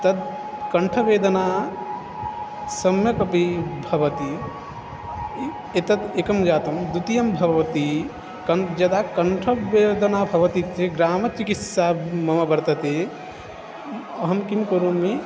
तद् कण्ठवेदना सम्यक् अपि भवति एतत् एकं जातं द्वितीयं भवति कण्ठे यदा कण्ठवेदना भवति चेत् ग्राम्यचिकित्सा मम वर्तते अहं किं करोमि